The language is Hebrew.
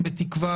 בתקווה,